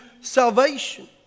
salvation